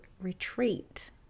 retreat